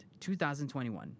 2021